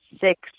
six